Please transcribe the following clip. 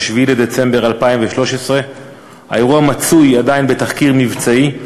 ב-7 בדצמבר 2013. האירוע מצוי עדיין בתחקיר מבצעי.